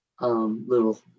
little